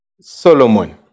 Solomon